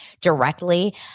directly